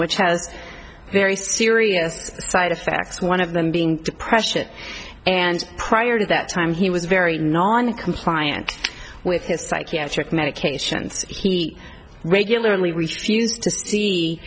which has very serious side effects one of them being depression and prior to that time he was very non compliant with his psychiatric medications he regularly refused to see